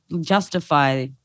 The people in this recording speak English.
justify